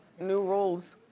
new rules.